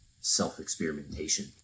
self-experimentation